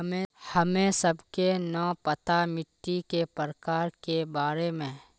हमें सबके न पता मिट्टी के प्रकार के बारे में?